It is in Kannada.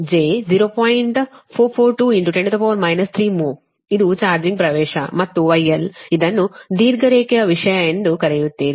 442 10 3 ಮ್ಹೋ ಇದು ಚಾರ್ಜಿಂಗ್ ಪ್ರವೇಶ ಮತ್ತು γl ಇದನ್ನು ದೀರ್ಘ ರೇಖೆಯ ವಿಷಯ ಎಂದು ಕರೆಯುತ್ತೀರಿ